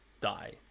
die